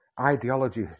ideology